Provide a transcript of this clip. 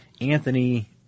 Anthony